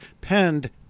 penned